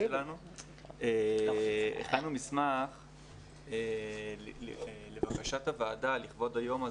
בעצם על פי ההסכמים של "עוז לתמורה"